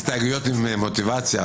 הסתייגויות עם מוטיבציה,